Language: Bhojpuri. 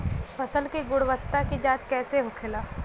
फसल की गुणवत्ता की जांच कैसे होखेला?